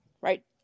right